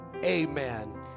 Amen